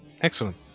excellent